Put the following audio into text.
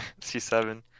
C7